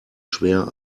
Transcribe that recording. schwer